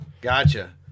Gotcha